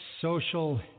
social